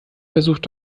versucht